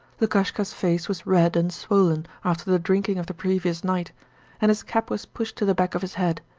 lukashka's face was red and swollen after the drinking of the previous night and his cap was pushed to the back of his head.